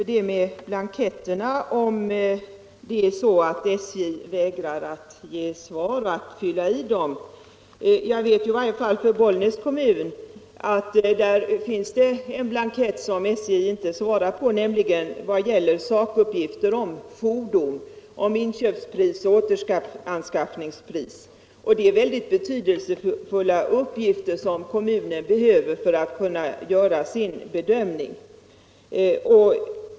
Herr talman! Vad hjälper det med blanketter om SJ vägrar att fylla i dem? För Bollnäs kommun är i varje fall förhållandet det att SJ inte har velat fylla i viss blankett som gäller sakuppgifter beträffande fordon — om inköpspris och återanskaffningspris. Det är betydelsefulla uppgifter som kommunen behöver för att kunna göra sin bedömning.